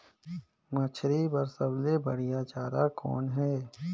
मछरी बर सबले बढ़िया चारा कौन हे?